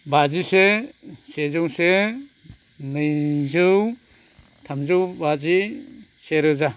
बाजिसे सेजौ से नैजौ थामजौ बाजि सेरोजा